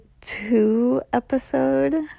two-episode